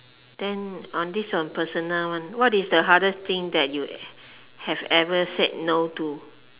then uh this a personal one what is the hardest thing that you have ever said no to